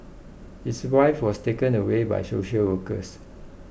his wife was taken away by social workers